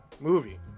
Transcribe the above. movie